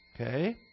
Okay